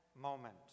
moment